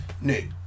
new